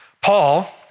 Paul